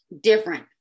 different